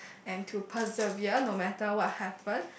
and to preserve no matter what happen